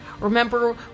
Remember